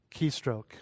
keystroke